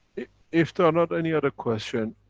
if there are not any other question,